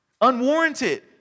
Unwarranted